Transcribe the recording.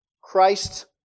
Christ